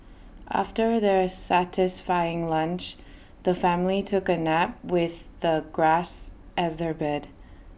after their satisfying lunch the family took A nap with the grass as their bed